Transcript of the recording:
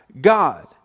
God